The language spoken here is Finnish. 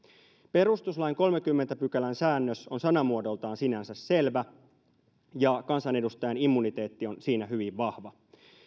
perustuslain kolmannenkymmenennen pykälän säännös on sanamuodoltaan sinänsä selvä ja kansanedustajan immuniteetti on siinä hyvin vahva